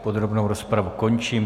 Podrobnou rozpravu končím.